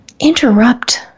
interrupt